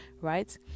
right